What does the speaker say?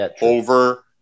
over